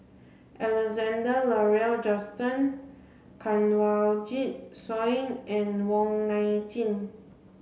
Alexander Laurie Johnston Kanwaljit Soin and Wong Nai Chin